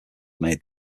made